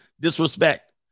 disrespect